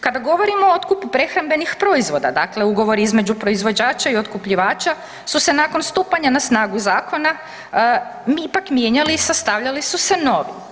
Kada govorimo o otkupu prehrambenih proizvoda, dakle ugovor između proizvođača i otkupljivača su se nakon stupanja na snagu zakona, ipak mijenjali i sastavljali su se novi.